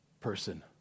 person